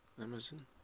Amazon